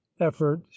effort